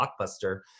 blockbuster